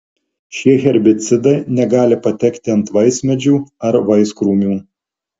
šie herbicidai negali patekti ant vaismedžių ar vaiskrūmių